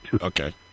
Okay